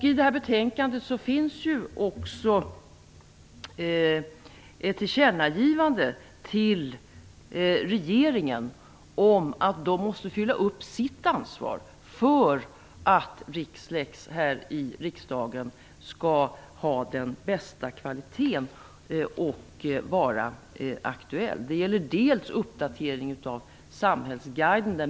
I detta betänkande finns också ett tillkännagivande till regeringen om dess ansvar för att Rixlex här i riksdagen skall ha den bästa kvaliteten och vara aktuell. Det gäller uppdatering av Samhällsguiden.